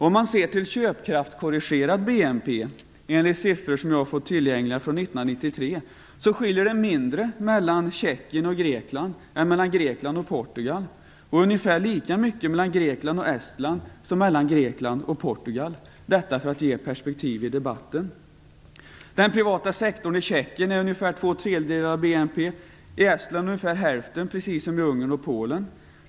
Om man ser till köpkraftskorrigerad BNP skiljer det, enligt siffror som jag har fått tillgängliga för 1993, mindre mellan Tjeckien och Grekland än mellan Grekland och Portugal, och ungefär lika mycket mellan Grekland och Estland som mellan Grekland och Portugal. - Jag nämner detta för att ge ett perspektiv i debatten. Den privata sektorn i Tjeckien är ungefär två tredjedelar av BNP, i Estland ungefär hälften, precis som i Ungern och Polen.